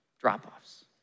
drop-offs